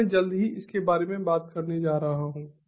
और मैं जल्द ही इसके बारे में बात करने जा रहा हूं